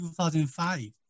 2005